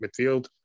midfield